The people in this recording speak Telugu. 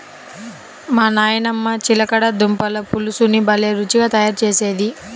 మా నాయనమ్మ చిలకడ దుంపల పులుసుని భలే రుచిగా తయారు చేసేది